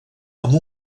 amb